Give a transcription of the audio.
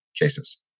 cases